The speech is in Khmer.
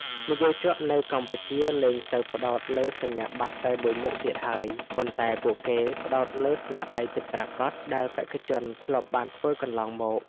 និយោជកនៅកម្ពុជាលែងសូវផ្ដោតលើសញ្ញាបត្រតែមួយមុខទៀតហើយ ប៉ុន្តែពួកគេផ្ដោតលើស្នាដៃពិតប្រាកដ ដែលបេក្ខជនធ្លាប់បានធ្វើកន្លងមក។